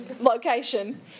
location